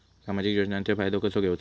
सामाजिक योजनांचो फायदो कसो घेवचो?